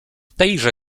tejże